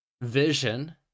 Vision